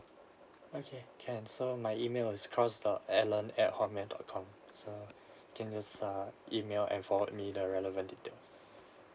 okay can so my email is cross dot alan at hotmail dot com so can use err email and forward me the relevant details